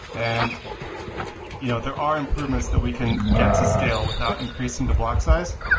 and you know there are improvements that we can get to scale without increasing the block size.